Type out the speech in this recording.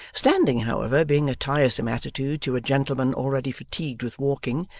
standing, however, being a tiresome attitude to a gentleman already fatigued with walking,